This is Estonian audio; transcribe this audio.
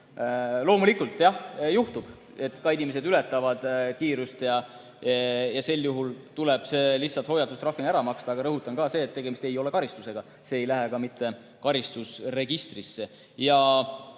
Loomulikult juhtub, et inimesed ületavad kiirust ja sel juhul tuleb lihtsalt see hoiatustrahv ära maksta. Aga rõhutan seda, et tegemist ei ole karistusega, see ei lähe ka karistusregistrisse.